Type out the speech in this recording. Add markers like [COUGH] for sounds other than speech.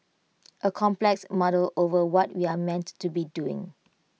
[NOISE] A complex muddle over what we're meant to be doing